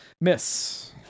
miss